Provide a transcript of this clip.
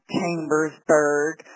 Chambersburg